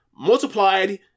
multiplied